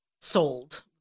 sold